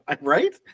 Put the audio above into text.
Right